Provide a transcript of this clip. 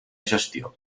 gestió